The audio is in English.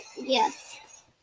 Yes